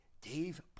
Dave